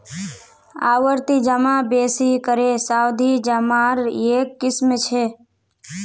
आवर्ती जमा बेसि करे सावधि जमार एक किस्म छ